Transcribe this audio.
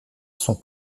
son